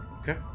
okay